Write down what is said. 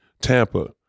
Tampa